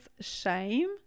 shame